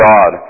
God